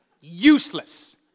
Useless